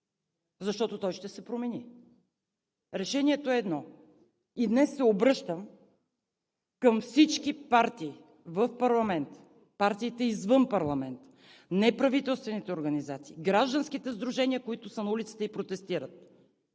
защото той ще се промени, решението е едно и днес се обръщам към всички партии в парламента, партиите извън парламента, неправителствените организации, гражданските сдружения, които са на улицата и протестират,